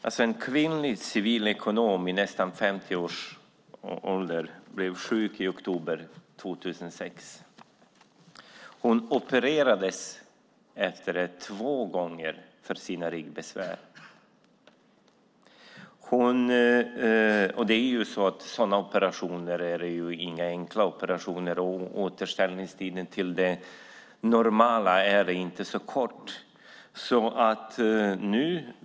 Det var en kvinnlig civilekonom i 50-årsåldern som blev sjuk i oktober 2006, och hon opererades två gånger för sina ryggbesvär. Sådana operationer är inte enkla, och tiden för att återgå till det normala är inte så kort.